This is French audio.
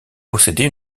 posséder